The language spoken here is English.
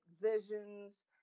visions